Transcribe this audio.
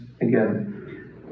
again